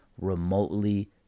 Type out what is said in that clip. remotely